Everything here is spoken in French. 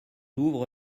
ouvre